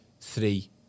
three